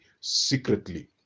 secretly